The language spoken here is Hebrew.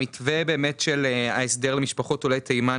המתווה של ההסדר למשפחות עולי תימן,